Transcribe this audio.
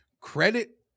credit